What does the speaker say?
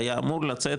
היה אמור לצאת,